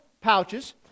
pouches